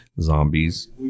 zombies